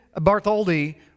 Bartholdi